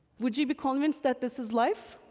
would you be convinced that this is life?